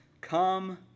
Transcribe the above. Come